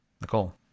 Nicole